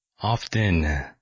often